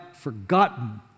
forgotten